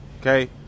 okay